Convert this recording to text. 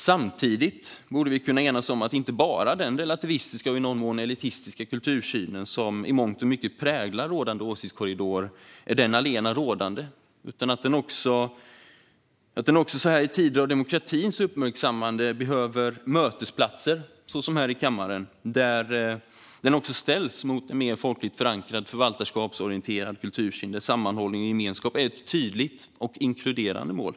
Samtidigt borde vi kunna enas om att inte bara den relativistiska och i någon mån elitistiska kultursynen, som i mångt och mycket präglar rådande åsiktskorridor, är den allena rådande. Också så här i tider av demokratins uppmärksammande behövs det mötesplatser, såsom här i kammaren, där kultursynen även ställs mot en mer folkligt förankrad förvaltarskapsorienterad kultursyn där sammanhållning och gemenskap är ett tydligt och inkluderande mål.